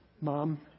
mom